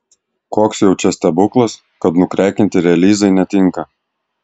koks jau čia stebuklas kad nukrekinti relyzai netinka